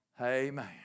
Amen